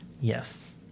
Yes